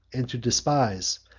and to despise,